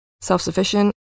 self-sufficient